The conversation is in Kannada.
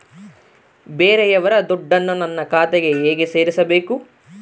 ಬೇರೆಯವರ ದುಡ್ಡನ್ನು ನನ್ನ ಖಾತೆಗೆ ಹೇಗೆ ಸೇರಿಸಬೇಕು?